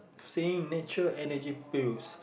saying natural Energy Pills